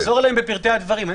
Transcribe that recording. נחזור אליהן בפרטי הדברים.